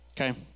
okay